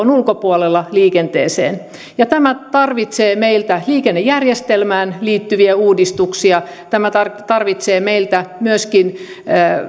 päästökaupan ulkopuolella liikenteeseen ja tämä vaatii meiltä liikennejärjestelmään liittyviä uudistuksia tämä vaatii meiltä myöskin